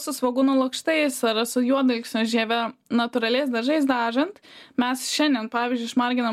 su svogūno lukštais ar su juodalksnio žieve natūraliais dažais dažant mes šiandien pavyzdžiui išmarginam